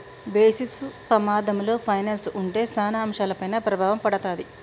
basis పమాధంలో పైనల్స్ ఉంటే సాన అంశాలపైన ప్రభావం పడతాది